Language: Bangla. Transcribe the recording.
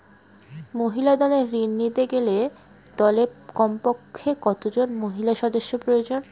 মহিলা দলের ঋণ নিতে গেলে দলে কমপক্ষে কত জন মহিলা সদস্য প্রয়োজন?